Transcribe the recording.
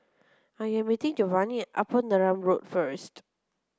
I am meeting Giovani Upper Neram Road first